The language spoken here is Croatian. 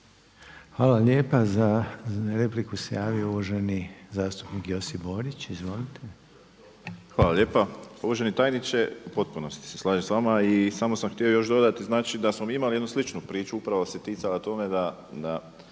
Hvala lijepa. Za repliku se javio uvaženi zastupnik Josip Borić. Izvolite. **Borić, Josip (HDZ)** Hvala lijepa. Uvaženi tajniče. U potpunosti se slažem s vama i samo sam htio još dodati znači da smo mi imali jednu sličnu priču, upravo se ticala toga da